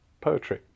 poetry